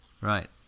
Right